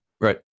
Right